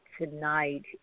tonight